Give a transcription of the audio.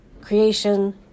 Creation